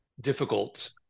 difficult